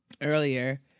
earlier